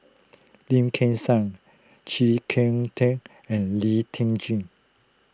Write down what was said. Lim Kim San Chee Kong Tet and Lee Tjin